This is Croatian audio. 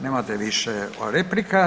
Nemate više replika.